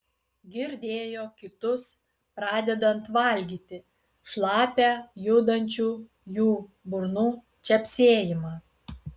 girdėjo kitus pradedant valgyti šlapią judančių jų burnų čepsėjimą